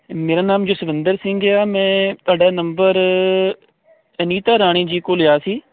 ਮੇਰਾ ਨਾਮ ਜਸਵਿੰਦਰ ਸਿੰਘ ਆ ਮੈਂ ਤੁਹਾਡਾ ਨੰਬਰ ਅਨੀਤਾ ਰਾਣੀ ਜੀ ਕੋਲ ਲਿਆ ਸੀ